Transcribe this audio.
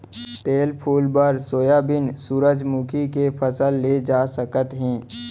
तेल फूल बर सोयाबीन, सूरजमूखी के फसल ले जा सकत हे